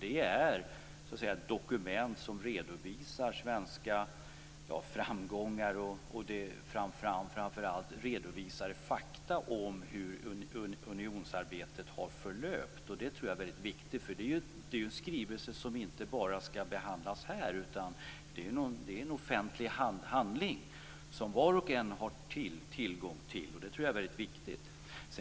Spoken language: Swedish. Den är ett dokument som redovisar svenska framgångar och framför allt fakta om hur unionsarbetet har förlöpt. Det är en skrivelse som inte bara skall behandlas här i riksdagen. Det är en offentlig handling, som var och en har tillgång till. Det är viktigt.